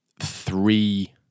three